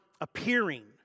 appearing